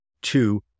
Two